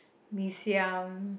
mee-siam